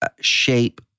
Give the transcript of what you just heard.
shape